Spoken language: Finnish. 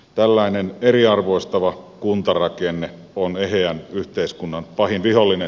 tällainen eriarvoistava kuntarakenne on eheän yhteiskunnan pahin vihollinen